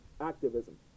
Activism